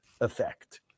effect